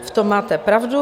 V tom máte pravdu.